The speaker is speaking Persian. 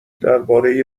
درباره